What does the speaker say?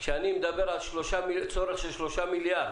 כשאני מדבר על צורך של 3 מיליארד